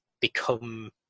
become